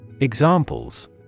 Examples